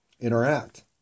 interact